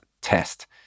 test